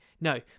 No